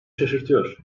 şaşırtıyor